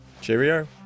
Cheerio